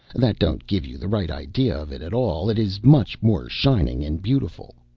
that don't give you the right idea of it at all it is much more shining and beautiful.